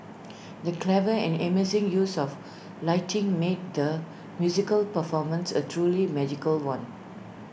the clever and amazing use of lighting made the musical performance A truly magical one